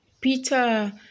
Peter